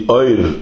oil